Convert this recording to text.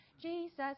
Jesus